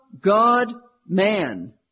God-man